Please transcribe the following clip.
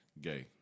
gay